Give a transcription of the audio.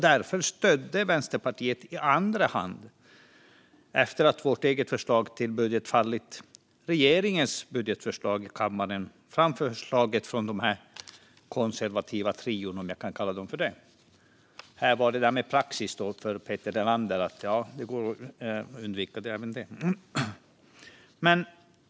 Därför stödde Vänsterpartiet i andra hand, efter att vårt eget förslag till budget fallit, regeringens budgetförslag i kammaren framför förslaget från den konservativa trion - om jag kan kalla dem för det. Det var på tal om praxis, Peter Helander - ja, den går att undvika.